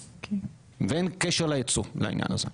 ואין קשר לייצוא בעניין הזה.